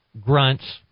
grunts